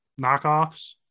knockoffs